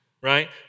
right